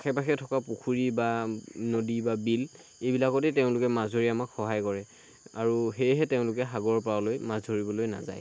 আশে পাশে থকা পুখুৰী বা নদী বা বিল এইবিলাকতে তেওঁলোকে মাছ ধৰি আমাক সহায় কৰে আৰু সেয়েহে তেওঁলোকে সাগৰৰ পাৰলৈ মাছ ধৰিবলৈ নাযায়